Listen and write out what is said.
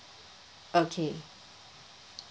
okay